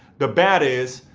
the bad is,